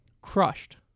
crushed